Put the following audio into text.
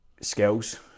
skills